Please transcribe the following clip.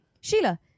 Sheila